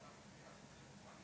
אפשר להוריד את זה --- לא, לא,